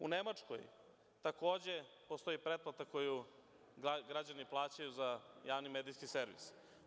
U Nemačkoj takođe postoji pretplata koju građani plaćaju za javni medijski servis.